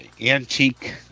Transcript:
antique